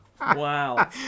Wow